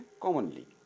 commonly